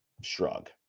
shrug